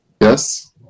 yes